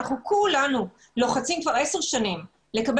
אנחנו נקבל